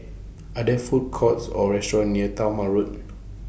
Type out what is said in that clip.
Are There Food Courts Or restaurants near Talma Road